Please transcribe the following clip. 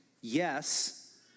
Yes